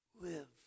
live